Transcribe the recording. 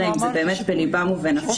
אלא אם זה באמת בליבם ובנפשם,